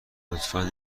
لطفا